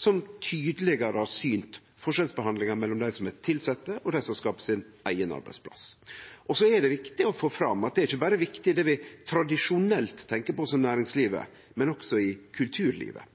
som tydelegare har synt forskjellsbehandlinga mellom dei som er tilsette og dei som skaper sin eigen arbeidsplass. Så er det viktig å få fram at dette ikkje berre er viktig i det vi tradisjonelt tenkjer på som næringslivet, men også i kulturlivet: